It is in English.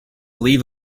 leave